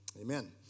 Amen